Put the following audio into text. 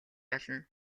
болно